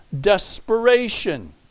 desperation